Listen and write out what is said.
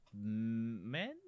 men